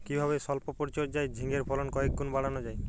কিভাবে সল্প পরিচর্যায় ঝিঙ্গের ফলন কয়েক গুণ বাড়ানো যায়?